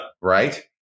Right